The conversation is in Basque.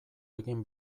egin